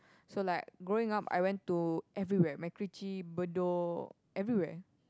so like growing up I went to everywhere MacRitchie Bedok everywhere